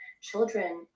children